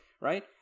right